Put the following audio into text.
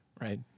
right